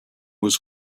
was